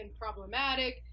problematic